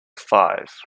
five